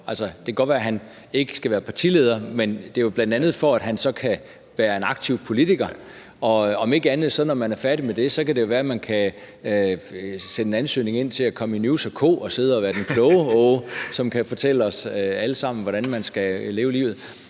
Det kan godt være, at han ikke skal være partileder, men det er jo, bl.a. for at han så kan være en aktiv politiker, og når man er færdig med det, kan det være, at man om ikke andet kan sende en ansøgning ind om at komme i NEWS & Co. og sidde og være klogeåge, som kan fortælle os alle sammen, hvordan vi skal leve livet.